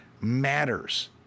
matters